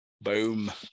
Boom